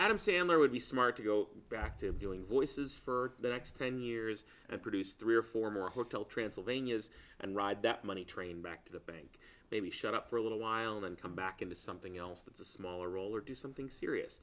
adam sandler would be smart to go back to doing voices for the next ten years and produce three or four more hotel transylvania is and ride that money train back to the bank maybe shut up for a little while then come back into something else that's a smaller role or do something serious